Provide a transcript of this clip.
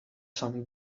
some